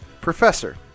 Professor